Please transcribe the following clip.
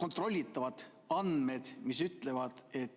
kontrollitavad andmed, mis ütlevad, kes